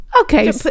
Okay